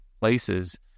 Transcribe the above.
places